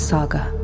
Saga